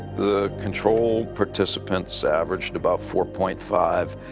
the control participants averaged about four point five.